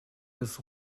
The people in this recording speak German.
bis